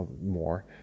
more